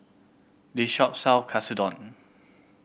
this shop sell Katsudon